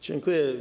Dziękuję.